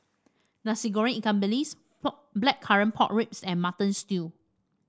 Nasi Goreng Ikan Bilis Blackcurrant Pork Ribs and Mutton Stew